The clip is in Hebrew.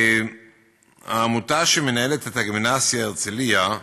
העמותה שמנהלת את הגימנסיה "הרצליה"